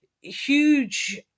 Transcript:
huge